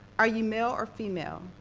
are you male or female?